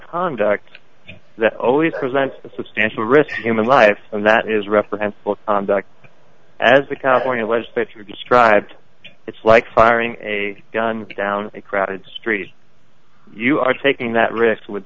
conduct that always presents a substantial risk to human life and that is reprehensible as the california legislature described it's like firing a gun down a crowded street you are taking that risk with